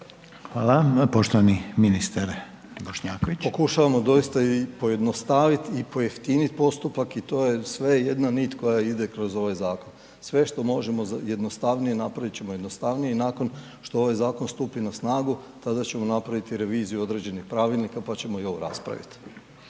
**Bošnjaković, Dražen (HDZ)** Pokušavamo doista i pojednostaviti i pojeftiniti postupak i to je sve jedna nit koja ide kroz ovaj zakon, sve što možemo jednostavnije napravit ćemo jednostavnije i nakon što ovaj zakon stupi na snagu, tada ćemo napraviti reviziju određenih pravilnika pa ćemo i ovo raspraviti.